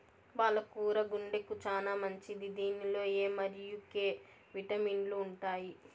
పాల కూర గుండెకు చానా మంచిది దీనిలో ఎ మరియు కే విటమిన్లు ఉంటాయి